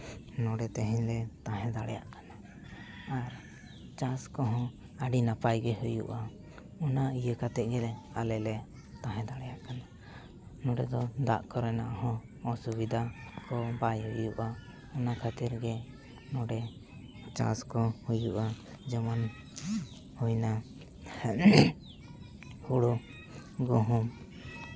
ᱱᱚᱸᱰᱮ ᱛᱮᱦᱮᱧ ᱞᱮ ᱛᱟᱦᱮᱸ ᱫᱟᱲᱮᱭᱟᱜ ᱠᱟᱱᱟ ᱟᱨ ᱪᱟᱥ ᱠᱚᱦᱚᱸ ᱟᱹᱰᱤ ᱱᱟᱯᱟᱭ ᱜᱮ ᱦᱩᱭᱩᱜᱼᱟ ᱚᱱᱟ ᱤᱭᱟᱹ ᱠᱟᱛᱮᱫ ᱜᱮᱞᱮ ᱟᱞᱮᱞᱮ ᱛᱟᱦᱮᱸ ᱫᱟᱲᱮᱭᱟᱜ ᱠᱟᱱᱟ ᱱᱚᱸᱰᱮ ᱫᱚ ᱫᱟᱜ ᱠᱚᱨᱮᱱᱟᱜ ᱦᱚᱸ ᱚᱥᱩᱵᱤᱫᱟ ᱠᱚ ᱵᱟᱭ ᱦᱩᱭᱩᱜᱼᱟ ᱚᱱᱟ ᱠᱷᱟᱹᱛᱤᱨ ᱜᱮ ᱱᱚᱸᱰᱮ ᱪᱟᱥ ᱠᱚ ᱦᱩᱭᱩᱜᱼᱟ ᱡᱮᱢᱚᱱ ᱦᱩᱭᱱᱟ ᱦᱳᱲᱳ ᱜᱩᱦᱩᱢ